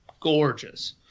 gorgeous